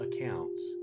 accounts